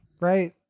right